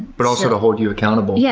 but also to hold you accountable, yeah